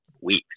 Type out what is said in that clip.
weeks